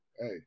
Hey